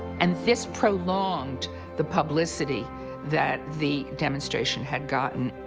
and this prolonged the publicity that the demonstration had gotten.